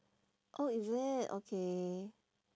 oh is it okay